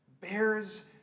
bears